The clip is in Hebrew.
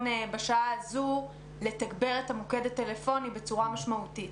בשעה הזאת לתגבר את המוקד הטלפוני בצורה משמעותית?